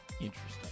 interesting